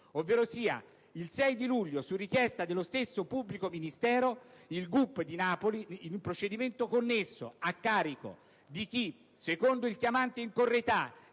ripeto, il 6 luglio, su richiesta dello stesso pubblico ministero, il GUP di Napoli, in un procedimento connesso a carico di chi, secondo il chiamante in correità,